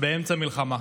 באמצע מלחמה.